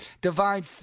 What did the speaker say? Divine